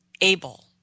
able